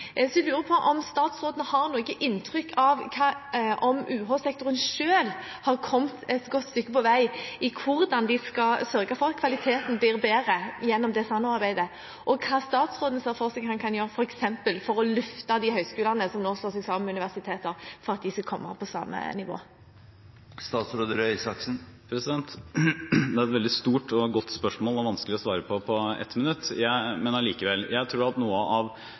Så jeg lurer på om statsråden har noe inntrykk av om UH-sektoren selv har kommet et godt stykke på vei i hvordan de skal sørge for at kvaliteten blir bedre gjennom dette samarbeidet, og hva statsråden ser for seg at han kan gjøre, f.eks. for å løfte de høyskolene som nå slår seg sammen med universiteter, for at de skal komme opp på samme nivå. Det er et veldig stort og godt spørsmål og vanskelig å svare på på 1 minutt, men jeg prøver allikevel. Kvalitetsfordelene ved dette kommer jo ikke av